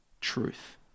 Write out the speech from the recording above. truth